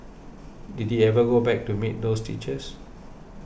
did he ever go back to meet those teachers